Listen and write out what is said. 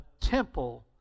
temple